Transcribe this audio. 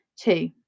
Two